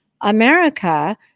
America